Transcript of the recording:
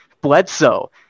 Bledsoe